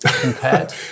compared